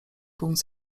punkt